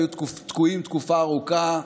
היו תקועים תקופה ארוכה,